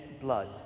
blood